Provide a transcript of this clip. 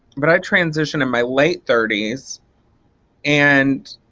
but i transitioned in my late thirty s and